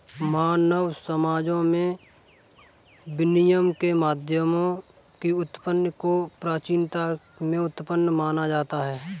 मानव समाजों में विनिमय के माध्यमों की उत्पत्ति को प्राचीनता में उत्पन्न माना जाता है